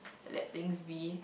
let things be